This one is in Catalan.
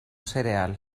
cereal